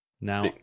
Now